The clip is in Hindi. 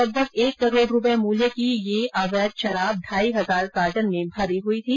लगभग एक करोड रूपये मूल्य की यह अवैध शराब ढाई हजार कार्टन में भरी हई थी